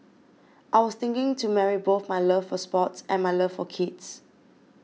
I was thinking to marry both my love for sports and my love for kids